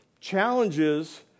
challenges